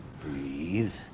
Breathe